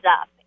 up